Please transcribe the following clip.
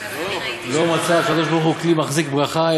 "לא מצא הקדוש-ברוך-הוא כלי מחזיק ברכה,